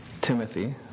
Timothy